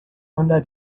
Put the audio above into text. under